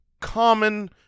common